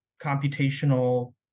computational